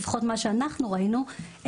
לפחות ממה שאנחנו ראינו,